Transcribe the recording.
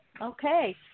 Okay